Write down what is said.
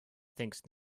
thinks